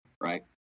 right